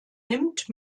nimmt